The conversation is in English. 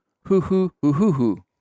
hoo-hoo-hoo-hoo-hoo